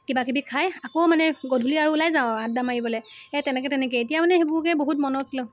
কিবাকিবি খাই আকৌ মানে গধূলি আৰু ওলাই যাওঁ আৰু আদ্দা মাৰিবলৈ সেই তেনেকৈ তেনেকৈয়ে এতিয়া মানে সেইবোৰকে বহুত মনত